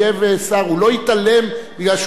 הוא לא התעלם מפני שהוא זלזל,